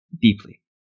deeply